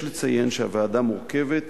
יש לציין שהוועדה מורכבת